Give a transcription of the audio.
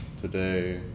today